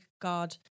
god